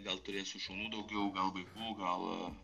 gal turėsiu šunų daugiau gal vaikų gal